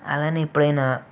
అలానే ఎప్పుడైనా